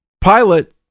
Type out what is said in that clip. pilot